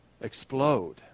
explode